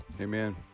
Amen